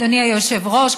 אדוני היושב-ראש,